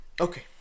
Okay